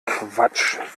quatsch